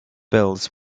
bills